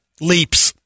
Leaps